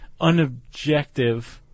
unobjective